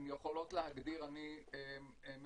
הן יכולות להגדיר: אני מבקשת